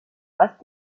was